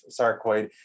sarcoid